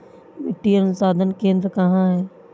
मिट्टी अनुसंधान केंद्र कहाँ है?